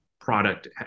product